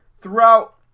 throughout